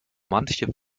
manche